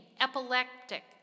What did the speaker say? epileptic